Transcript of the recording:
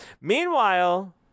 Meanwhile